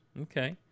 okay